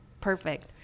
Perfect